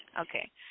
Okay